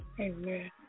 Amen